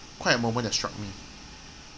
quite a moment that struck me